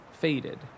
faded